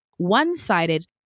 one-sided